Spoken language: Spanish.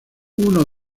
uno